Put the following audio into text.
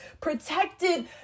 protected